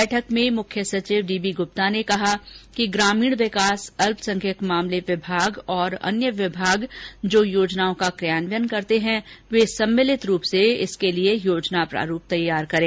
बैठक में मुख्य सचिव डी बी गुप्ता ने कहा कि ग्रामीण विकास अल्पसंख्यक मामले विभाग तथा अन्य विमाग जो योजनाओं का कियान्वयन करते हैं वे सम्मिलित रूप से योजना प्रारूप तैयार करें